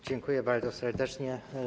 Dziękuję bardzo serdecznie.